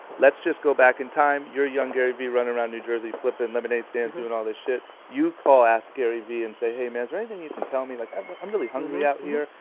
let's just go back in time, your young gary vee running around new jersey flipping lemonade stands, doing and and all this shit. you call askgaryvee and say hey man, is there anything you can tell me, like i'm i'm really hungry out here.